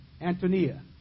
Antonia